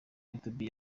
youtube